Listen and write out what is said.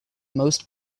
most